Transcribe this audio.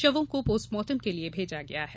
शवों को पोस्टमॉर्टम के लिए भेजा गया है